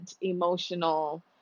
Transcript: emotional